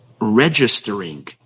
registering